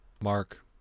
Mark